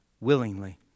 Willingly